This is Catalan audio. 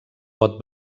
pot